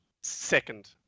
Second